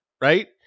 right